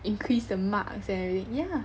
increase the marks everything yeah